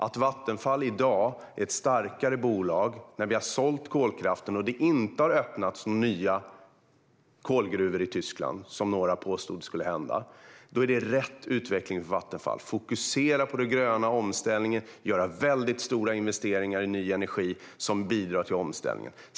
Att Vattenfall i dag är ett starkare bolag när vi har sålt kolkraften och det inte har öppnats nya kolgruvor i Tyskland, som några påstod skulle hända, är rätt utveckling för Vattenfall liksom att fokusera på den gröna omställningen och göra stora investeringar i ny energi som bidrar till denna omställning.